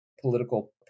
political